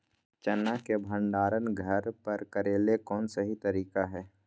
चना के भंडारण घर पर करेले कौन सही तरीका है?